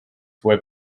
web